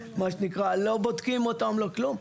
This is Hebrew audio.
מה שנקרא, לא בודקים אותם, לא כלום.